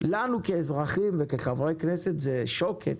לנו כאזרחים וכחברי כנסת זה שוקת,